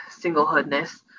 singlehoodness